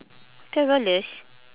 twelve dollars